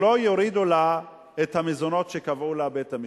שלא יורידו לה את המזונות שקבע לה בית-המשפט.